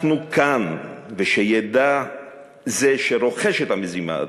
אנחנו כאן, ושידע זה שרוחש את המזימה הזאת,